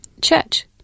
church